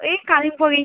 এই কালিম্পংয়েই